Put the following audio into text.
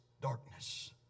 darkness